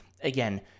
again